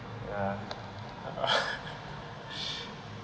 ya